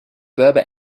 berber